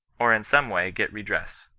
or in some way get redress.